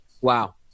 wow